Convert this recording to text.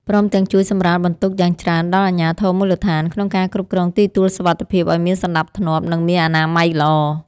ព្រមទាំងជួយសម្រាលបន្ទុកយ៉ាងច្រើនដល់អាជ្ញាធរមូលដ្ឋាន ក្នុងការគ្រប់គ្រងទីទួលសុវត្ថិភាពឱ្យមានសណ្ដាប់ធ្នាប់ និងមានអនាម័យល្អ។